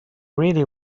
really